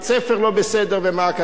ובמה הכדורסל לא בסדר,